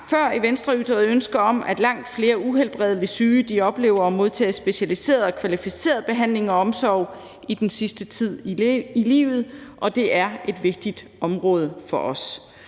før i Venstre ytret ønske om, at langt flere uhelbredeligt syge oplever at modtage specialiseret og kvalificeret behandling og omsorg i den sidste tid i livet, og det er et vigtigt område for os,